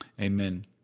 amen